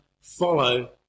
follow